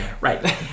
Right